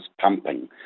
pumping